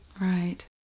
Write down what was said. Right